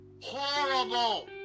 HORRIBLE